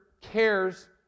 cares